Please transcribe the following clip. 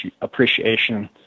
appreciation